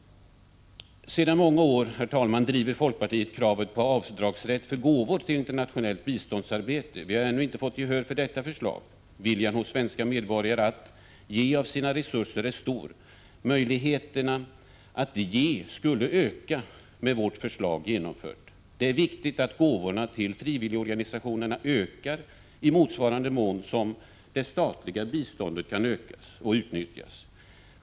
Sedan många år tillbaka driver folkpartiet kravet på avdragsrätt för gåvor till internationellt biståndsarbete. Vi har ännu inte fått gehör för detta förslag. Viljan hos svenska medborgare att ge av sina resurser är stor. Möjligheterna att ge skulle öka med vårt förslag genomfört. Det är viktigt att gåvorna till frivilligorganisationerna ökar i motsvarande mån som det statliga biståndet kan ökas och utnyttjas.